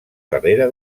darrere